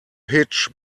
hitch